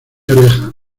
oreja